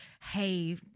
hey